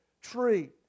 tree